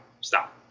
Stop